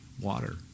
water